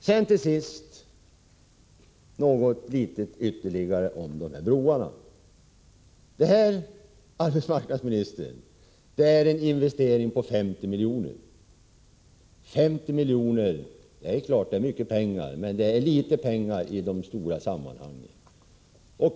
Till sist ytterligare något om de nämnda broarna. Det är, arbetsmarknadsministern, en investering på 50 miljoner. Det är klart att 50 miljoner är mycket pengar, men det är litet pengar i de stora sammanhangen.